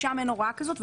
שם אין הוראה כזאת,